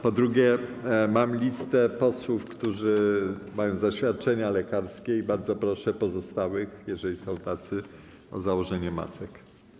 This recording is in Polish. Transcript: Po drugie, mam listę posłów, którzy mają zaświadczenia lekarskie, i bardzo proszę pozostałych, jeżeli są tacy, o założenie masek.